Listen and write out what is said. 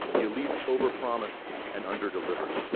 the elites over-promised and under-delivered.